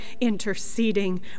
interceding